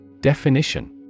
Definition